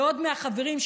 ועוד חברים,